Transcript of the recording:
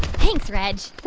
thanks, reg